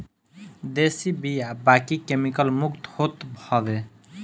देशी बिया बाकी केमिकल मुक्त होत हवे